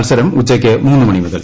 മത്സരം ഉച്ചയ്ക്ക് മൂന്ന് മണി മുതൽ